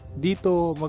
need to